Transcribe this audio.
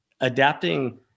adapting